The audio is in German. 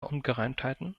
ungereimtheiten